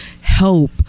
help